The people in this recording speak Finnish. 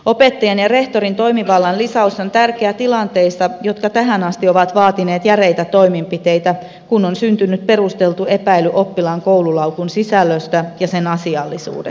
opettajien ja rehtorin toimivallan lisäys on tärkeä tilanteissa jotka tähän asti ovat vaatineet järeitä toimenpiteitä kun on syntynyt perusteltu epäily oppilaan koululaukun sisällöstä ja sen asiallisuudesta